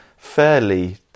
fairly